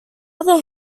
other